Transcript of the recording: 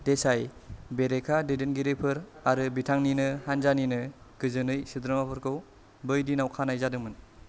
देसाई बेरेखा दैदेनगिरिफोर आरो बिथांनिनो हान्जानिनो गोजोनै सोद्रोमाफोरखौ बै दिनाव खानाय जादोंमोन